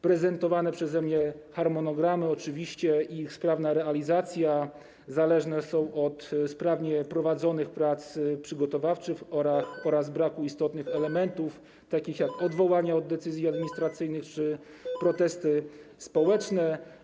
Prezentowane przeze mnie harmonogramy i oczywiście ich sprawna realizacja zależne są od sprawnie prowadzonych prac przygotowawczych oraz braku takich istotnych elementów, jak odwołania od decyzji administracyjnych czy protesty społeczne.